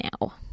now